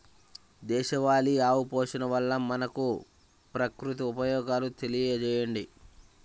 దేశవాళీ ఆవు పోషణ వల్ల మనకు, ప్రకృతికి ఉపయోగాలు తెలియచేయండి?